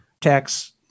tax